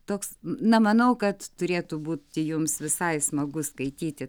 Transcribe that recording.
toks na manau kad turėtų būti jums visai smagu skaityti